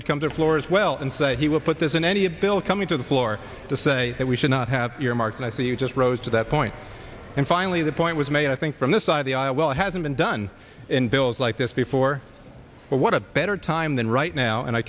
would come to the floor as well and say he will put this in any a bill coming to the floor to say that we should not have earmarks and i thought you just rose to that point and finally the point was made i think from this side of the aisle well it hasn't been done in bills like this before but what a better time than right now and i